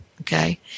Okay